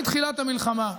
מתחילת המלחמה,